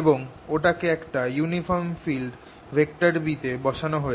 এবং ওটাকে একটা ইউনিফর্ম ফিল্ড B তে বসানো হয়েছে